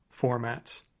formats